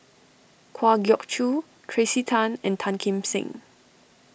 Kwa Geok Choo Tracey Tan and Tan Kim Seng